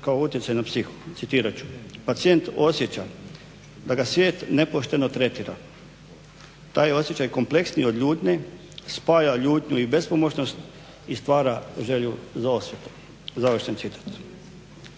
kao utjecaj na psihu, citirat ću: "Pacijent osjeća da ga svijet nepošteno tretira. Taj osjećaj kompleksniji od ljutnje, spaja ljutnju i bespomoćnost i stvara želju za osvetom.", završen citat.